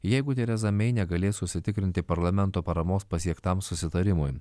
jeigu tereza mei negalės užsitikrinti parlamento paramos pasiektam susitarimui